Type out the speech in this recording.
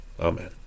Amen